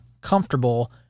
comfortable